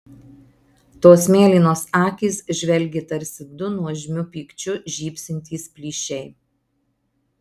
tos mėlynos akys žvelgė tarsi du nuožmiu pykčiu žybsintys plyšiai